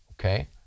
okay